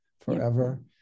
forever